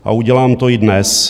A udělám to i dnes.